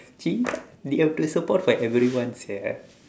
they have to support for everyone sia